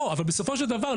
אבל בסופו של דבר,